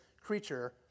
creature